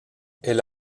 elle